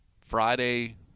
Friday